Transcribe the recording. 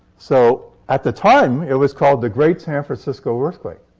so, at the time, it was called the great san francisco earthquake.